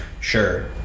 sure